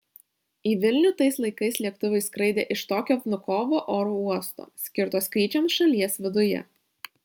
į vilnių tais laikais lėktuvai skraidė iš tokio vnukovo oro uosto skirto skrydžiams šalies viduje